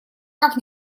как